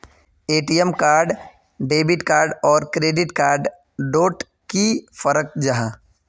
ATM card debit card आर credit card डोट की फरक जाहा?